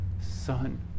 Son